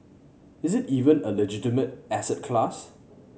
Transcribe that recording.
is it even a legitimate asset class